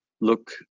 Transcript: look